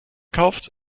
kauft